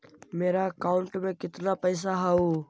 मेरा अकाउंटस में कितना पैसा हउ?